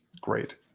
great